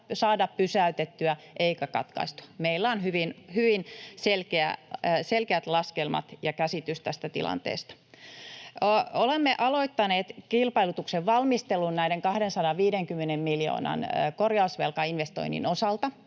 saada pysäytettyä eikä katkaistua. Meillä on hyvin selkeät laskelmat ja käsitys tästä tilanteesta. Olemme aloittaneet kilpailutuksen valmistelun näiden 250 miljoonan korjausvelkainvestoinnin osalta.